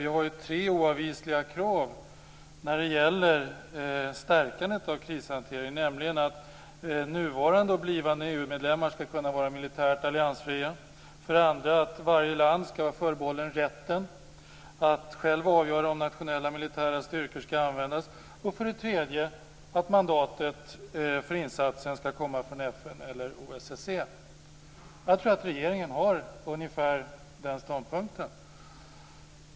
Vi har ju tre oavvisliga krav när det gäller stärkandet av krishanteringen: för det första att nuvarande och blivande EU medlemmar skall kunna vara militärt alliansfria, för det andra att varje land skall vara förbehållet rätten att självt avgöra om nationella militära styrkor skall användas och för det tredje att mandatet för insatsen skall komma från FN eller OSSE. Jag tror att regeringen har ungefär den ståndpunkten.